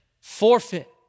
forfeit